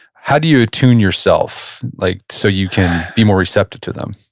how do you attune yourself like so you can be more receptive to them?